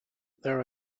there